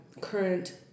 current